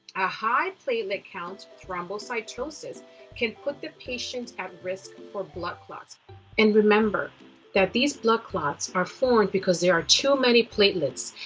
a high platelet count, called thrombocytosis can put the patient at risk for blood clots and remember that these blood clots are formed because there are too many platelets,